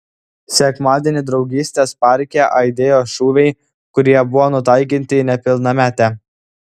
sekmadienį draugystės parke aidėjo šūviai kurie buvo nutaikyti į nepilnametę